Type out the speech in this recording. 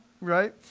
right